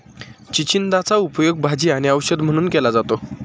चिचिंदाचा उपयोग भाजी आणि औषध म्हणून केला जातो